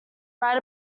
write